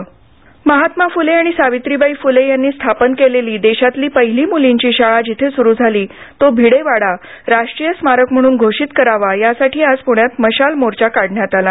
फुले महात्मा फुले आणि सावित्रीबाई फुले यांनी स्थापन केलेली देशातली पहिली मुलींची शाळा जिथे सुरू झाली तो भिडे वाडा राष्ट्रीय स्मारक म्हणून घोषित करावा यासाठी आज पुण्यात मशाल मोर्चा काढण्यात आला